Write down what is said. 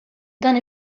dan